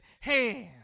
hand